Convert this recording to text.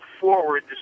forward